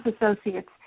associates